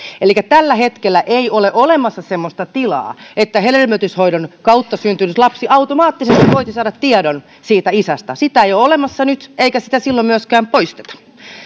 tällä hetkellä ei ole olemassa semmoista tilaa että hedelmöityshoidon kautta syntynyt lapsi automaattisesti voisi saada tiedon siitä isästä sitä ei ole olemassa nyt eikä sitä silloin myöskään poisteta